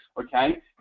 Okay